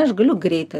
aš galiu greitą